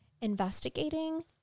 investigating